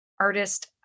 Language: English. Artist